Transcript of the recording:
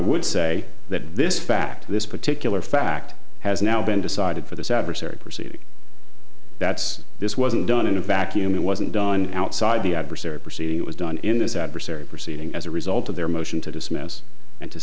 would say that this fact this particular fact has now been decided for this adversary pursuit that's this wasn't done in a vacuum it wasn't done outside the adversarial proceeding it was done in this adversary proceeding as a result of their motion to dismiss and to